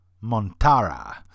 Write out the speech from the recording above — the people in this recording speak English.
Montara